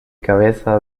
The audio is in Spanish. cabeza